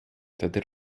wtedy